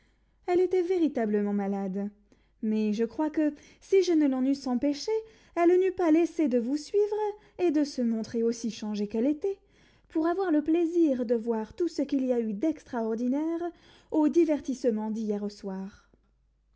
elle était véritablement malade mais je crois que si je ne l'en eusse empêchée elle n'eût pas laissé de vous suivre et de se montrer aussi changée qu'elle était pour avoir le plaisir de voir tout ce qu'il y a eu d'extraordinaire au divertissement d'hier au soir